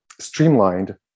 streamlined